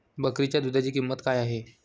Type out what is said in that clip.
बकरीच्या दूधाची किंमत काय आहे?